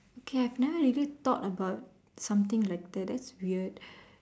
okay I have never really thought about something like that that's weird